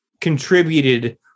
contributed